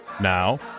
Now